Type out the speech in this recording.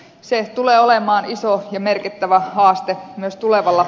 se tulee olemaan iso ja merkittävä haaste myös tulevalla